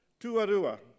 Tuarua